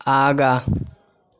आगाँ